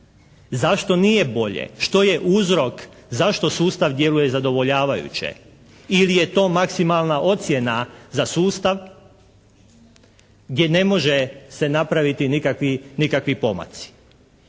zašto nije bolje? Što je uzrok? Zašto sustav djeluje zadovoljavajuće? Ili je to maksimalna ocjena za sustav gdje ne može se napraviti nikakvi pomaci?